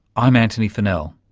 i'm antony funnell